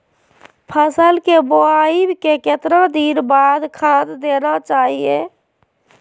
फसल के बोआई के कितना दिन बाद खाद देना चाइए?